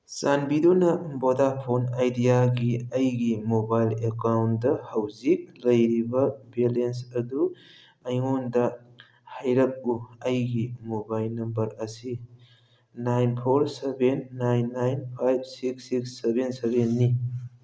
ꯆꯥꯟꯕꯤꯗꯨꯅ ꯚꯣꯗꯥꯐꯣꯟ ꯑꯥꯏꯗꯤꯌꯥꯒꯤ ꯑꯩꯒꯤ ꯃꯣꯕꯥꯏꯜ ꯑꯦꯀꯥꯎꯟꯗ ꯍꯧꯖꯤꯛ ꯂꯩꯔꯤꯕ ꯕꯦꯂꯦꯟꯁ ꯑꯗꯨ ꯑꯩꯉꯣꯟꯗ ꯍꯥꯏꯔꯛꯎ ꯑꯩꯒꯤ ꯃꯣꯕꯥꯏꯜ ꯅꯝꯕꯔ ꯑꯁꯤ nine four seven nine nine five six six seven ꯁꯚꯦꯟꯅꯤ